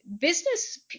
Business